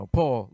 Paul